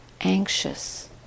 anxious